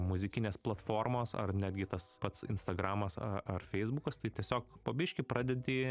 muzikinės platformos ar netgi tas pats instagramas ar feisbukas tai tiesiog po biškį pradedi